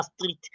Street